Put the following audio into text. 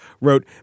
wrote